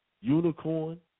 unicorn